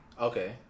Okay